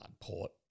Port